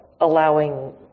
allowing